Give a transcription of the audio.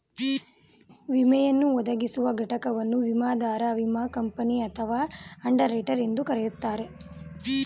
ವಿಮೆಯನ್ನು ಒದಗಿಸುವ ಘಟಕವನ್ನು ವಿಮಾದಾರ ವಿಮಾ ಕಂಪನಿ ಅಥವಾ ಅಂಡರ್ ರೈಟರ್ ಎಂದು ಕರೆಯುತ್ತಾರೆ